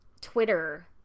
Twitter